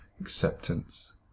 acceptance